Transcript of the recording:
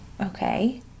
Okay